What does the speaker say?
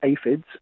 aphids